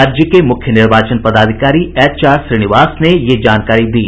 राज्य के मुख्य निर्वाचन पदाधिकारी एच आर श्रीनिवास ने यह जानकारी दी